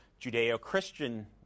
Judeo-Christian